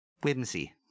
Whimsy